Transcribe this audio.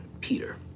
Peter